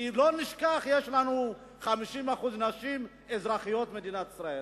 כי לא נשכח: יש לנו 50% נשים אזרחיות מדינת ישראל,